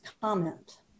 comment